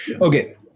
Okay